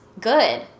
Good